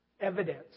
Evidence